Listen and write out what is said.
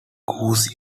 goose